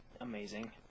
amazing